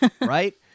Right